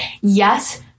yes